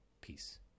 peace